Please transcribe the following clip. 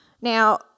Now